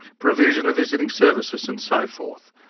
provision of visiting services and so forth,